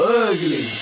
ugly